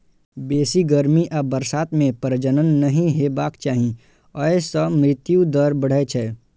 बेसी गर्मी आ बरसात मे प्रजनन नहि हेबाक चाही, अय सं मृत्यु दर बढ़ै छै